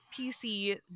PC